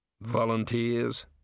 Volunteers